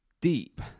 deep